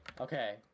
Okay